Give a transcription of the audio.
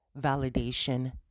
validation